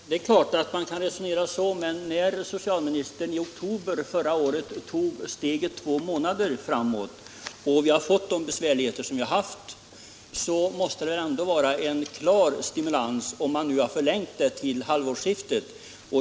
Herr talman! Det är klart att man kan resonera så som socialministern gör nu. Men när socialministern i oktober förra året tog steget att utsträcka tiden för erhållande av anordningsbidrag med två månader och vi sedan fick de svårigheter som jag förut nämnde, måste det innebära en klar stimulans om tiden sträcktes ut till halvårsskiftet.